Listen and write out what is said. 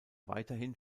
weiterhin